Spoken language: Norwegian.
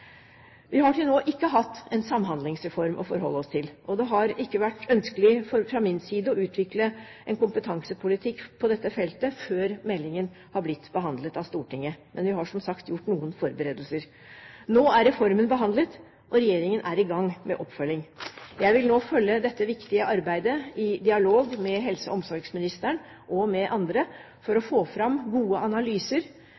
Vi har til nå ikke hatt en samhandlingsreform å forholde oss til, og det har ikke vært ønskelig fra min side å utvikle en kompetansepolitikk på dette feltet før meldingen har blitt behandlet av Stortinget, men vi har, som sagt, gjort noen forberedelser. Nå er reformen behandlet, og regjeringen er i gang med oppfølging. Jeg vil nå følge dette viktige arbeidet i dialog med helse- og omsorgsministeren og med andre for